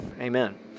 Amen